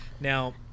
Now